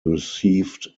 received